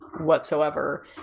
whatsoever